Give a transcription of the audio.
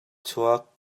chuak